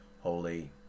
holy